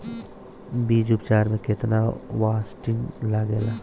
बीज उपचार में केतना बावस्टीन लागेला?